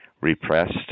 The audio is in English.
repressed